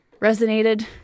resonated